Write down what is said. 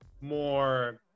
more